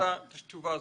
התשובה הזאת.